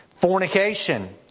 fornication